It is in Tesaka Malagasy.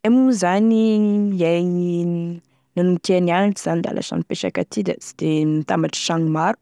Iay moa zany iay nanomboky iay nianatry da lasa nipetraky aty da sy de nitambatry tragno maro